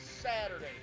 Saturday